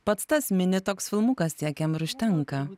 pats tas mini toks filmukas tiek jam ir užtenka